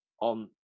on